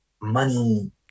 money